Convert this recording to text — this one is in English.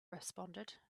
responded